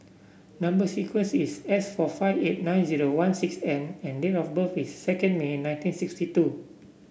number sequence is S four five eight nine zero one six N and date of birth is second May nineteen sixty two